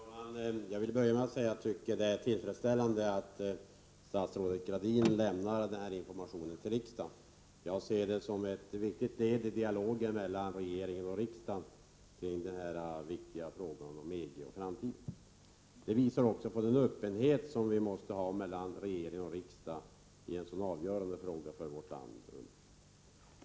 Herr talman! Jag vill börja med att säga att jag tycker att det är tillfredsställande att statsrådet Gradin lämnar den här informationen till riksdagen. Jag ser detta som ett viktigt led i dialogen mellan regering och riksdag kring den viktiga frågan om EG och framtiden. Det visar också på den öppenhet som vi måste ha mellan regering och riksdag i en så avgörande fråga för vårt land.